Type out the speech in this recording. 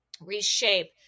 reshape